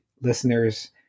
listeners